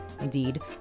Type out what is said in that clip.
Indeed